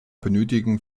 benötigten